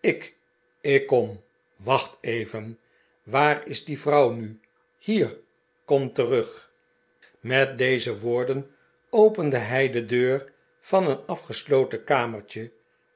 ik ik kom wacht even waar is die vrouw nu hier kom terug met deze woorden opende hij de deur van een afgesloten kamertje